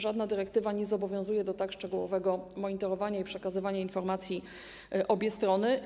Żadna dyrektywa nie zobowiązuje do tak szczegółowego monitorowania i przekazywania informacji w obie strony.